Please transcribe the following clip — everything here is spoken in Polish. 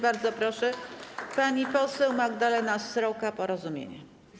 Bardzo proszę, pani poseł Magdalena Sroka, Porozumienie.